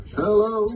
hello